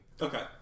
Okay